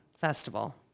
festival